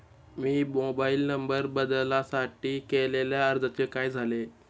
मी mobile number बदलासाठी केलेल्या अर्जाचे काय झाले?